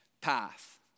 path